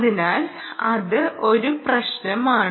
അതിനാൽ അത് ഒരു പ്രശ്നമാണ്